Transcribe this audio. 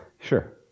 Sure